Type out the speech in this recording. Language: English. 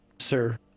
sir